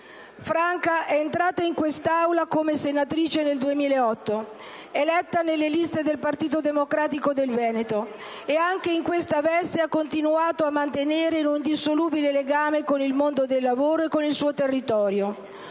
Franca è entrata in quest'Aula come senatrice nel 2008, eletta nelle liste del Partito Democratico del Veneto e, anche in questa veste, ha continuato a mantenere un indissolubile legame con il mondo del lavoro e con il suo territorio.